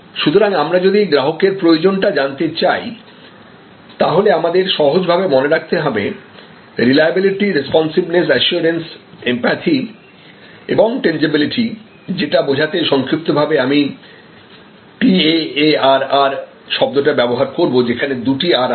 সুতরাং আমরা যদি গ্রাহকের প্রয়োজনটা জানতে চাই তাহলে আমাদের সহজ ভাবে মনে রাখতে হবে রিলআবিলিটি রেস্পন্সিভেনেস অ্যাসিওরেন্সএমপ্যাথি এবং টেনজিবিলিটি যেটা বোঝাতে সংক্ষিপ্ত ভাবে আমি TEARR শব্দ টা ব্যবহার করব যেখানে দুটো R আছে